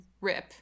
Rip